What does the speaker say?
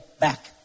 back